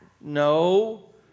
No